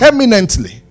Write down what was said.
Eminently